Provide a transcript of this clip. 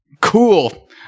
Cool